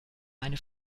eine